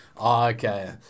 okay